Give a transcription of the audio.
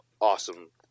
awesome